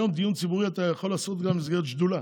היום דיון ציבורי אתה יכול לעשות גם במסגרת שדולה,